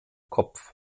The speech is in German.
kopf